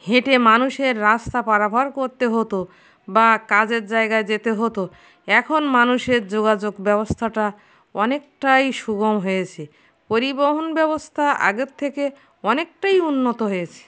হেঁটে মানুষের রাস্তা পারাপার করতে হতো বা কাজের জায়গায় যেতে হতো এখন মানুষের যোগাযোগ ব্যবস্থাটা অনেকটাই সুগম হয়েছে পরিবহন ব্যবস্থা আগের থেকে অনেকটাই উন্নত হয়েছে